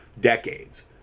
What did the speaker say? decades